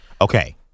Okay